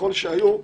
ככל שהיו,